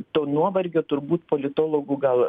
to nuovargio turbūt politologų gal